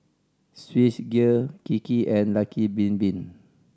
Swissgear Kiki and Lucky Bin Bin